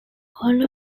all